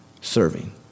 serving